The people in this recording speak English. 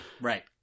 Right